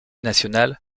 national